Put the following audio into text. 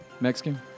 Mexican